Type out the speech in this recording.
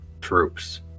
troops